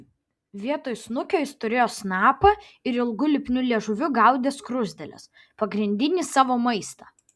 vietoj snukio jis turėjo snapą ir ilgu lipniu liežuviu gaudė skruzdėles pagrindinį savo maistą